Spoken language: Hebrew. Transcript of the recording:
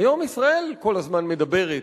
היום ישראל כל הזמן מדברת,